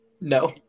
No